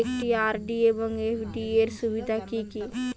একটি আর.ডি এবং এফ.ডি এর সুবিধা কি কি?